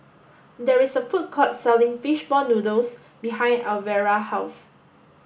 there is a food court selling Fish Ball Noodles behind Alvera house